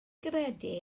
gredu